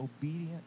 obedient